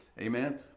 amen